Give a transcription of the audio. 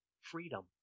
freedom